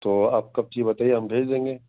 تو آپ کب چاہیے بتائیے ہم بھیج دیں گے